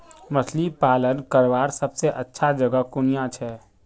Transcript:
मछली पालन करवार सबसे अच्छा जगह कुनियाँ छे?